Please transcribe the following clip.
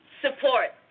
support